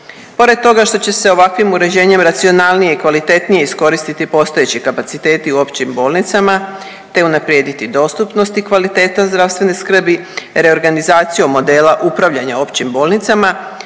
Pred toga što će se ovakvim uređenjem racionalnije i kvalitetnije iskoristiti postojeći kapaciteti u općim bolnicama te unaprijediti dostupnost i kvaliteta zdravstvene skrbi, reorganizacijom modela upravljanja općim bolnicama